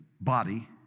body